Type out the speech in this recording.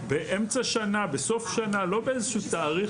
באמצע שנה, בסוף שנה, לא באיזשהו תאריך